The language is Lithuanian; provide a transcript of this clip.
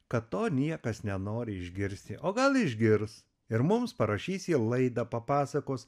kad to niekas nenori išgirsti o gal išgirs ir mums parašys į laidą papasakos